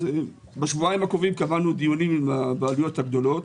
בשבועיים הקרובים קבענו דיונים עם הבעלויות הגדולות.